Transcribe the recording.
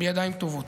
בידיים טובות.